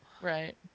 Right